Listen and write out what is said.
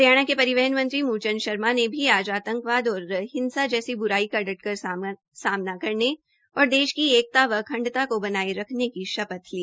हरियाणा के परिवहन मंत्री मूल चंद शर्मा ने भी आज आंतकवाद और हिंसा जैसी ब्राई का डटकर सामना करने और देश की एकता व अखंडता को बनाये रखने की शपथ ली